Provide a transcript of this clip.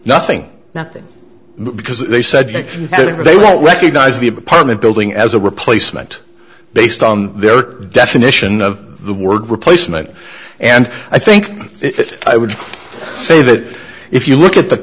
nothing nothing because they said they won't recognise the apartment building as a replacement based on their definition of the word replacement and i think it i would say that if you look at the